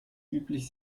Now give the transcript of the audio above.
üblich